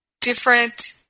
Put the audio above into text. different